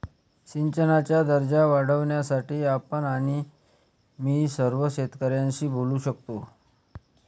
सिंचनाचा दर्जा वाढवण्यासाठी आपण आणि मी सर्व शेतकऱ्यांशी बोलू शकतो